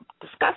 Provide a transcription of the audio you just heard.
discuss